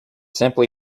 simply